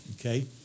okay